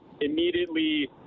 immediately